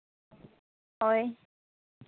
ᱦᱳᱭ